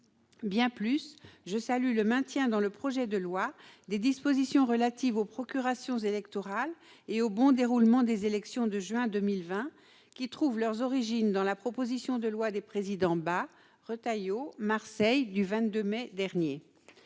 reviens pas. Je salue aussi le maintien dans le projet de loi des dispositions relatives aux procurations électorales et au bon déroulement des élections de juin 2020, qui trouvent leurs origines dans la proposition de loi des présidents Bas, Retailleau et Marseille du 22 mai dernier.